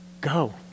Go